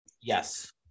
Yes